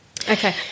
Okay